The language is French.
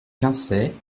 quinçay